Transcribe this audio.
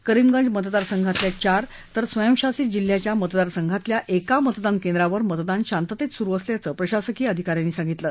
करीमगंज मतदारसंघातल्या चार तर स्वयंशासित जिल्ह्याच्या मतदारसंघातल्या एका मतदानकेंद्रावर मतदान शांततेत सुरु असल्याचं प्रशासकीय अधिका यांनी सांगितलं